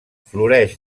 floreix